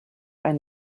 ein